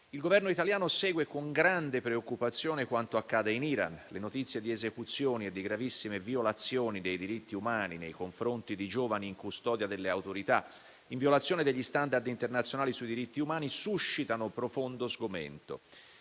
Il Governo italiano segue con grande preoccupazione quanto accade in Iran. Le notizie di esecuzioni e di gravissime e violazioni dei diritti umani nei confronti di giovani in custodia delle autorità, in violazione degli *standard* internazionali sui diritti umani, suscitano profondo sgomento.